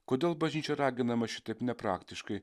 kodėl bažnyčia raginama šitaip nepraktiškai